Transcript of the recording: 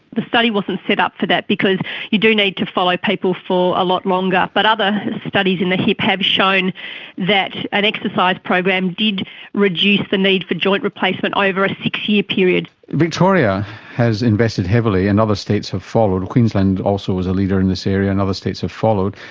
the study wasn't set up for that because you do need to follow people for a lot longer. but other studies in the hip have shown that an exercise program did reduce the need for joint replacement over a six-year period. victoria has invested heavily, and other states have followed, queensland also is a leader in this area and other states have followed,